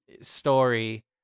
Story